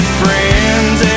friends